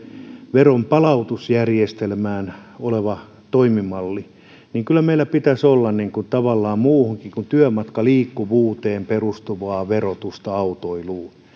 veronpalautusjärjestelmään perustuva toimimalli niin kyllä meillä pitäisi olla tavallaan muuhunkin kuin työmatkaliikkuvuuteen perustuvaa verotusta autoiluun